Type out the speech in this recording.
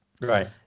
Right